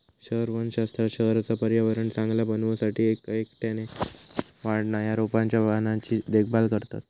शहर वनशास्त्रात शहराचा पर्यावरण चांगला बनवू साठी एक एकट्याने वाढणा या रोपांच्या वाहनांची देखभाल करतत